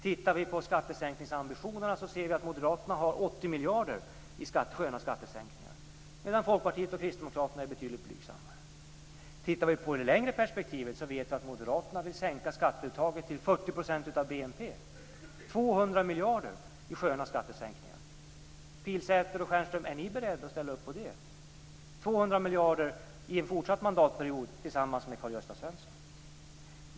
Tittar vi på skattesänkningsambitionerna ser vi att Moderaterna har 80 miljarder i sköna skattesänkningar medan Folkpartiet och Kristdemokraterna är betydligt blygsammare. Ser vi i det längre perspektivet vet vi att Moderaterna vill sänka skatteuttaget till 40 % av BNP. Det är 200 miljarder i sköna skattesänkningar. Är ni beredda att ställa upp på det, Pilsäter och Stjernström - 200 miljarder i fortsatt mandatperiod tillsammans med Karl-Gösta Svenson?